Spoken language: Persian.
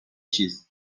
چیز